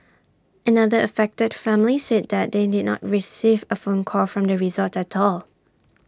another affected family said that they did not receive A phone call from the resort at all